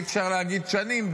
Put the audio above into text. אי-אפשר להגיד שנים,